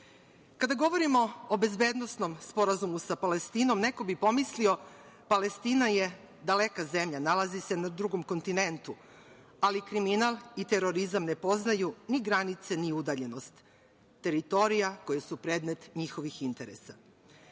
nama. Kada govorimo o bezbednosnom sporazumu sa Palestinom, neko bi pomislio – Palestina je daleka zemlja, nalazi se na drugom kontinentu. Ali kriminal i terorizam ne poznaju ni granice ni udaljenost teritorija koje su predmet njihovih